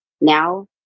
Now